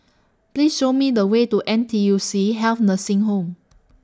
Please Show Me The Way to N T U C Health Nursing Home